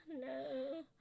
no